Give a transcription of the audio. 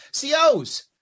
COs